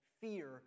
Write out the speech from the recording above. fear